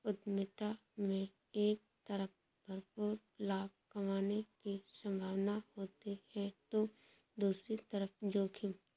उद्यमिता में एक तरफ भरपूर लाभ कमाने की सम्भावना होती है तो दूसरी तरफ जोखिम